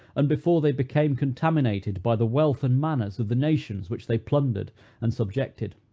and before they became contaminated, by the wealth and manners of the nations which they plundered and subjected.